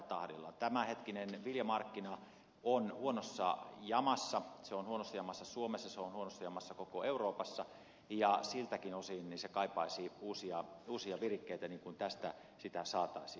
tämänhetkinen viljamarkkina on huonossa jamassa se on huonossa jamassa suomessa se on huonossa jamassa koko euroopassa ja siltäkin osin se kaipaisi uusia virikkeitä joita tästä saataisiin